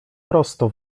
prosto